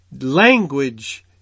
language